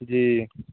जी हूँ